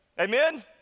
Amen